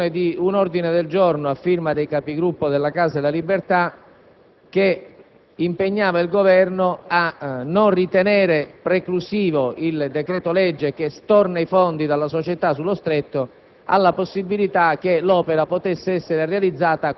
e, in particolar modo, sulla presentazione di un ordine del giorno, a firma dei Capigruppo della Casa delle Libertà, che impegnava il Governo a non ritenere il decreto-legge che trasferisce i fondi dalla società Stretto